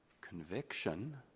conviction